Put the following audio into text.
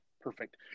perfect